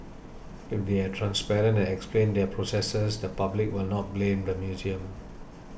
if they are transparent and explain their processes the public will not blame the museum